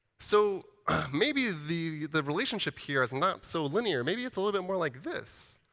so maybe the the relationship here is not so linear. maybe it's a little bit more like this,